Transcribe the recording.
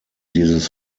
dieses